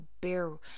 bear